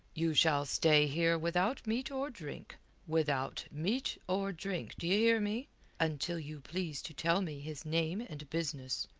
you shall stay here without meat or drink without meat or drink, d' ye hear me until you please to tell me his name and business.